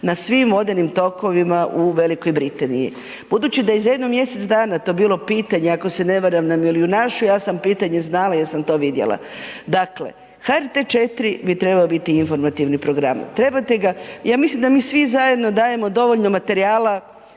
na svim vodenim tokovima u Velikoj Britaniji. Budući da i za jedno mjesec dana je to bilo pitanje ako se ne varam na milijunašu, ja sam pitanje znala jer sam to vidjela. Dakle, HRT-e 4 bi trebao biti informativni program. Trebate ga, ja mislim da mi svi zajedno dajemo dovoljno materijala